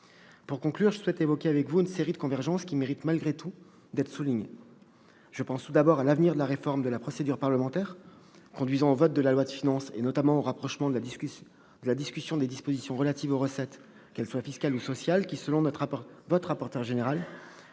Pour conclure, j'aimerais évoquer avec vous une série de convergences qui méritent, malgré tout, d'être relevées. Je pense tout d'abord à l'avenir de la réforme de la procédure parlementaire conduisant au vote de la loi de finances, notamment au rapprochement de la discussion des dispositions relatives aux recettes, qu'elles soient fiscales ou sociales, lequel, selon le rapporteur général